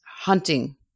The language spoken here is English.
hunting